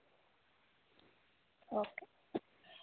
okay